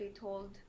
told